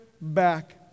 back